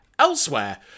Elsewhere